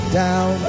down